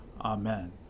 Amen